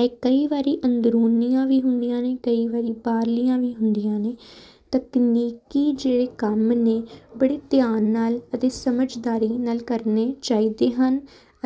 ਇਹ ਕਈ ਵਾਰੀ ਅੰਦਰੂਨੀਆਂ ਵੀ ਹੁੰਦੀਆਂ ਨੇ ਕਈ ਵਾਰੀ ਬਾਹਰਲੀਆਂ ਵੀ ਹੁੰਦੀਆਂ ਨੇ ਤਕਨੀਕੀ ਜਿਹੜੇ ਕੰਮ ਨੇ ਬੜੇ ਧਿਆਨ ਨਾਲ ਅਤੇ ਸਮਝਦਾਰੀ ਨਾਲ ਕਰਨੇ ਚਾਹੀਦੇ ਹਨ